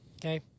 Okay